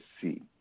see